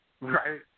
right